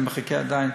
אני מחכה עדיין,